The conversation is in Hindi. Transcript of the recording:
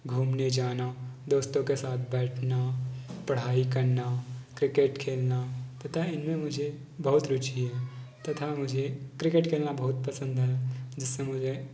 घूमने जाना दोस्तों के साथ बैठना पढ़ाई करना क्रिकेट खेलना तथा इनमें मुझे बहुत रुचि है तथा मुझे क्रिकेट खेलना बहुत पसंद है जिससे मुझे